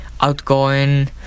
outgoing